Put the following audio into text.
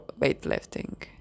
weightlifting